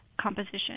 composition